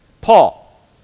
Paul